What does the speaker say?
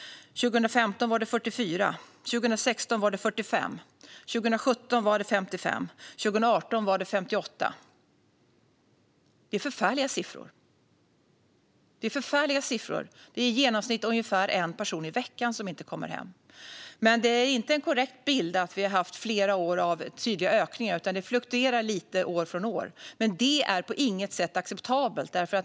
2015 var det 44. 2016 var det 45. 2017 var det 55. 2018 var det 58. Det är förfärliga siffror. Det är i genomsnitt ungefär en person i veckan som inte kommer hem. Men det är inte en korrekt bild att vi har haft flera år av tydliga ökningar, utan det fluktuerar lite år från år. Det är dock på inget sätt acceptabelt.